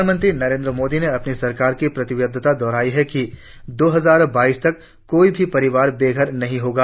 प्रधानमंत्री नरेंद्र मोदी ने अपनी सरकार की प्रतिबद्धता दोहराई है कि दो हजार बाईस तक कोई भी परिवार बेघर नहीं रहेगा